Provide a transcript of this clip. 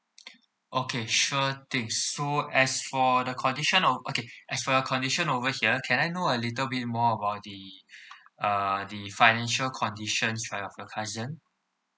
okay sure thing so as for the condition of okay as for your condition over here can I know a little bit more about the uh the financial conditions for your cousin